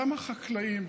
גם החקלאים,